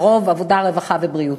הרווחה והבריאות.